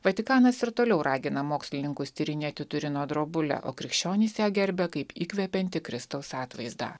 vatikanas ir toliau ragina mokslininkus tyrinėti turino drobulę o krikščionys ją gerbia kaip įkvepiantį kristaus atvaizdą